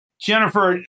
Jennifer